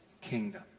kingdom